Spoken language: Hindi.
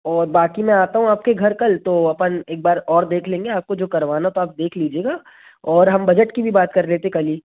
और बाक़ी मैं आता हूँ आपके घर कल तो अपन एक बार और देख लेंगे आपको जो करवाना तो आप देख लीजिएगा और हम बजट की भी बात कर लेते हैं कल ही